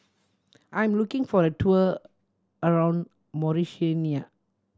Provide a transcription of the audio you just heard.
I'm looking for a tour around Mauritania